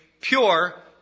pure